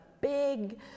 big